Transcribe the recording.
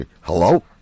Hello